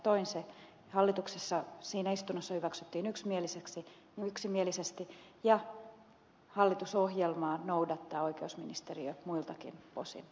se hallituksessa siinä istunnossa hyväksyttiin yksimielisesti ja hallitusohjelmaa noudattaa oikeusministeriö muiltakin osin